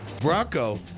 Bronco